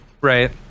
right